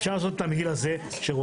אפשר לעשות את התמהיל הזה כשרוצים.